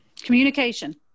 Communication